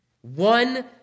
One